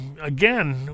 again